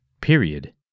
period